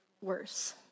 worse